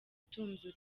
utunze